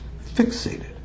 fixated